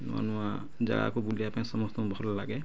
ନୂଆ ନୂଆ ଜାଗାକୁ ବୁଲିବା ପାଇଁ ସମସ୍ତଙ୍କୁ ଭଲ ଲାଗେ